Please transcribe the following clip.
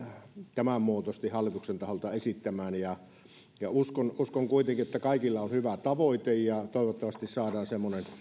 tämän muotoisesti hallituksen taholta esittämään uskon uskon kuitenkin että kaikilla on hyvä tavoite ja toivottavasti saadaan semmoinen